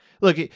Look